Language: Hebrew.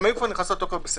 היו נכנסות לתוקף בספטמבר.